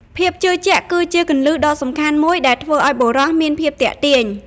ភាពជឿជាក់ គឺជាគន្លឹះដ៏សំខាន់មួយដែលធ្វើឲ្យបុរសមានភាពទាក់ទាញ។